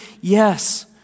yes